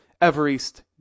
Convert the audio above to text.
Everest